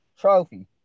Trophy